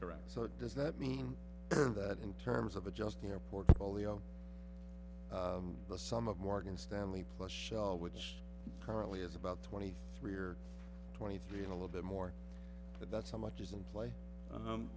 correct so does that mean that in terms of adjusting our portfolio the sum of morgan stanley plus shell which currently is about twenty three or twenty three and a little bit more but that's how much is in pla